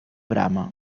brama